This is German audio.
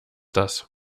das